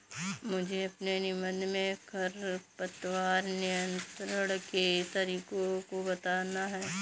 मुझे अपने निबंध में खरपतवार नियंत्रण के तरीकों को बताना है